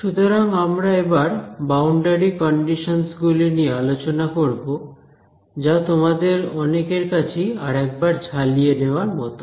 সুতরাং আমরা এবার বাউন্ডারি কন্ডিশনস গুলি নিয়ে আলোচনা করব যা তোমাদের অনেকের কাছেই আর একবার ঝালিয়ে নেওয়ার মতো